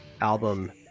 album